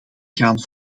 gaan